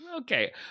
okay